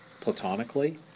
platonically